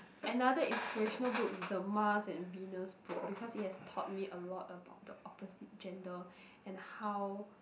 another inspirational book the Mars and Venus book because it has taught me a lot about the opposite gender and how